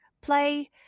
play